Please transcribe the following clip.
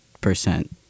percent